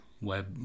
web